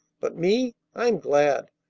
but me, i'm glad.